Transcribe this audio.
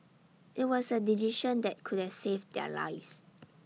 IT was A decision that could have saved their lives